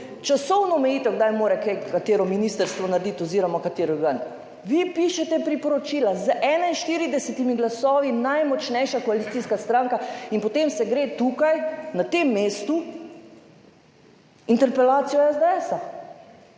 časovno omejitev, kdaj mora kaj katero ministrstvo narediti, oz. kateri organ. Vi pišete priporočila, z 41 glasovi, najmočnejša koalicijska stranka in potem se gre tukaj na tem mestu interpelacijo SDS.